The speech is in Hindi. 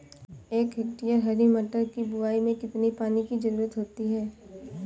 एक हेक्टेयर हरी मटर की बुवाई में कितनी पानी की ज़रुरत होती है?